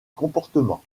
comportement